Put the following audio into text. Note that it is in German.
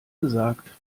gesagt